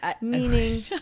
Meaning